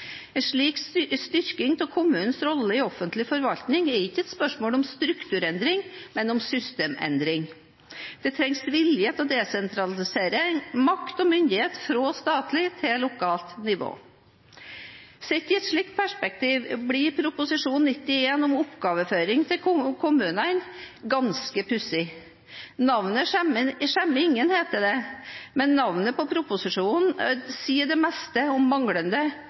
En slik styrking av kommunenes rolle i offentlig forvaltning er ikke et spørsmål om strukturendring, men om systemendring. Det trengs vilje til desentralisering av makt og myndighet fra statlig til lokalt nivå. Sett i et slikt perspektiv blir Prop. 91 L om oppgaveoverføring til kommunene ganske pussig. Navnet skjemmer ingen, heter det, men navnet på proposisjonen sier det meste om manglende